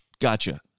Gotcha